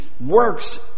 works